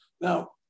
Now